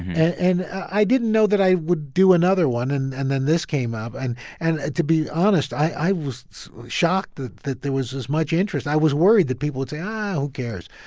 and i didn't know that i would do another one, and and then this came up. and and to be honest, i was shocked that that there was this much interest. i was worried that people would say,, who cares?